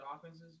offenses